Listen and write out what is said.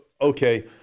okay